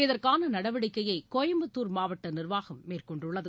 இதற்கான நடவடிக்கையை கோயம்புத்தூர் மாவட்ட நிர்வாகம் மேற்கொண்டுள்ளது